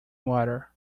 water